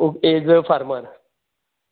okay as a farmer